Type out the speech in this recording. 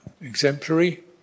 exemplary